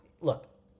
look